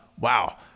wow